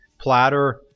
platter